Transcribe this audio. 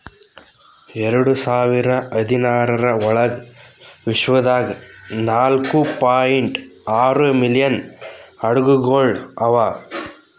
ಎರಡು ಸಾವಿರ ಹದಿನಾರರ ಒಳಗ್ ವಿಶ್ವದಾಗ್ ನಾಲ್ಕೂ ಪಾಯಿಂಟ್ ಆರೂ ಮಿಲಿಯನ್ ಹಡಗುಗೊಳ್ ಅವಾ